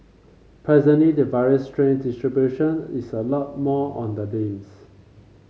presently the virus strain distribution is a lot more on the limbs